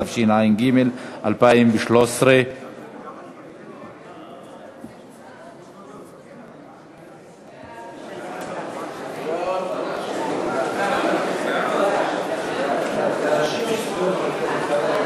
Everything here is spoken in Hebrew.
התשע"ג 2013. ההצעה להעביר את הצעת חוק שיווי זכויות האישה (תיקון,